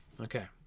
Okay